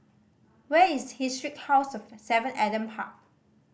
where is Historic House of Seven Adam Park